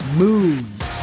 moves